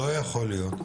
לא יכול להיות,